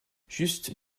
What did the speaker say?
juste